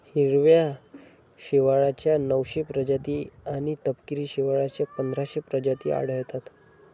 हिरव्या शेवाळाच्या नऊशे प्रजाती आणि तपकिरी शेवाळाच्या पंधराशे प्रजाती आढळतात